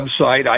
website